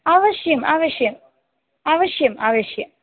अवश्यम् अवश्यम् अवश्यम् अवश्यम्